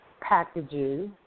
Packages